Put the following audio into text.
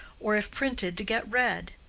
or if printed to get read.